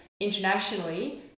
internationally